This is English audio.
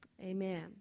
amen